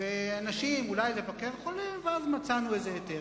ואנשים אולי בדרך לבקר חולה, ואז מצאנו איזה היתר.